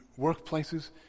workplaces